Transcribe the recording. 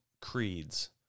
creeds